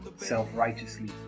Self-righteously